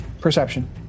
Perception